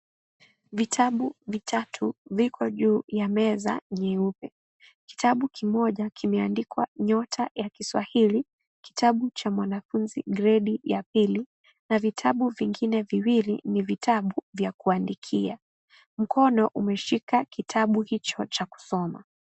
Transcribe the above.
Vitabu vitatu, viko juu ya meza nyeupe. Kitabu kimoja, kimeandikwa Nyota ya Kiswahili, kitabu cha mwanafunzi gredi ya pili na vitabu vingine viwili ni vitabu, vya kuandikia. Mkono umeshika kitabu hicho cha kusoma.